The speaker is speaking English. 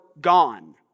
gone